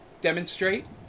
demonstrate